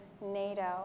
NATO